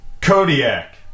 Kodiak